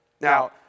Now